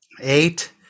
Eight